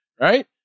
right